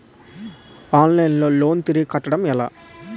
Online లో loan తిరిగి కట్టడం ఎలా?